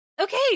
Okay